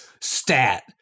Stat